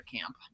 camp